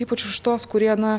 ypač už tuos kurie na